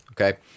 Okay